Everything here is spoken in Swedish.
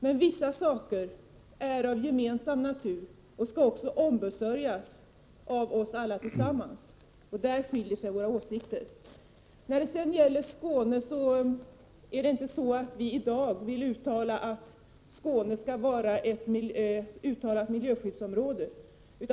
Men vissa saker är av gemensam natur och skall också ombesörjas av oss alla tillsammans. Där skiljer sig våra åsikter. Beträffande Skåne vill vi i dag inte uttala att Skåne skall vara ett uttalat miljöskyddsområde.